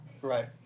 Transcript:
Right